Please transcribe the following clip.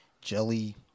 jelly